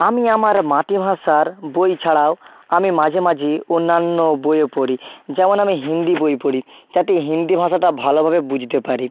আমি আমার মাতৃভাষার বই ছাড়াও আমি মাঝে মাঝে অন্যান্য বইও পড়ি যেমন আমি হিন্দি বই পড়ি যাতে হিন্দি ভাষাটা ভালোভাবে বুঝতে পারি